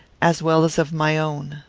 as well as of my own.